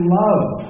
love